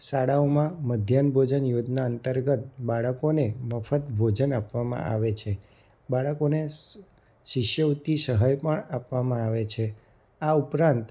શાળાઓમાં મધ્યાહ્ન ભોજન અંતર્ગત બાળકોને મફત ભોજન આપવામાં આવે છે બાળકોને શ શિષ્યવૃત્તિ સહાય પણ આપવામાં આવે છે આ ઉપરાંત